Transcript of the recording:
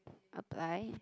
Popeye